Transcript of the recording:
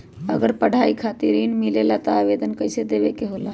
अगर पढ़ाई खातीर ऋण मिले ला त आवेदन कईसे देवे के होला?